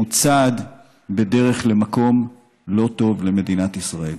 שהוא צעד בדרך למקום לא טוב למדינת ישראל.